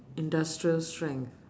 industrial strength